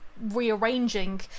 rearranging